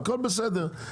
הכול בסדר.